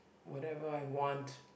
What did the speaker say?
whatever I want